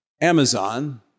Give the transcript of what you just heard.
Amazon